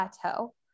plateau